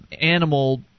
animal